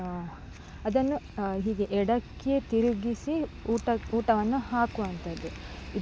ಅದನ್ನು ಹೀಗೆ ಎಡಕ್ಕೆ ತಿರುಗಿಸಿ ಊಟ ಊಟವನ್ನು ಹಾಕುವಂತದ್ದು ಇದು